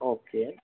okay